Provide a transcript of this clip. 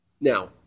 Now